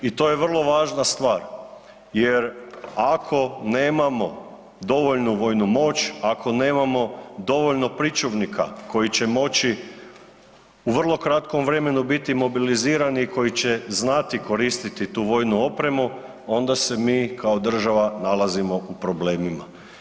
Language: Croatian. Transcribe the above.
I to je vrlo važna stvar jer ako nemamo dovoljnu vojnu moć, ako nemamo dovoljno pričuvnika koji će moći u vrlo kratkom vremenu biti mobilizirani, koji će znati koristiti tu vojnu opremu, onda se mi kao država nalazimo u problemima.